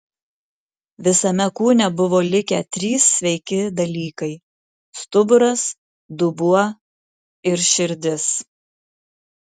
visame kūne buvo likę trys sveiki dalykai stuburas dubuo ir širdis